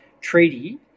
treaty